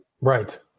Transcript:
Right